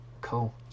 cool